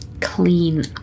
clean